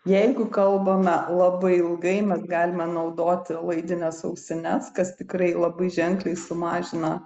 jeigu kalbame labai ilgai mes galime naudoti laidines ausines kas tikrai labai ženkliai sumažina